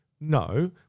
no